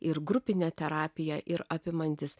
ir grupinę terapiją ir apimantis